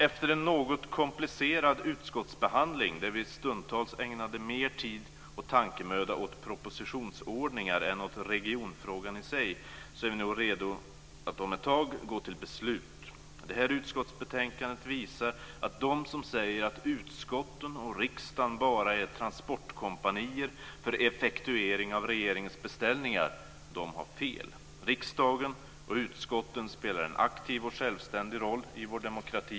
Efter en något komplicerad utskottsbehandling, där vi stundtals ägnade mer tid och tankemöda åt propositionsordningar än åt regionfrågan i sig, är vi nu redo att om ett tag gå till beslut. Utskottsbetänkandet visar att de som säger att utskotten och riksdagen bara är transportkompanier för effektuering av regeringens beställningar har fel. Riksdagen och utskotten spelar en aktiv och självständig roll i vår demokrati.